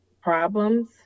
problems